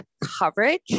coverage